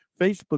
Facebook